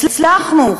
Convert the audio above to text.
הצלחנו,